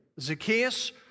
Zacchaeus